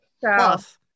Plus